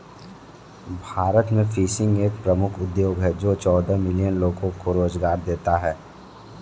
भारत में फिशिंग एक प्रमुख उद्योग है जो चौदह मिलियन लोगों को रोजगार देता है